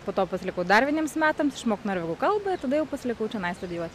po to pasilikau dar vieniems metams išmokau norvegų kalbą ir tada jau pasilikau čionai studijuot